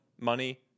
money